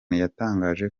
yatangaje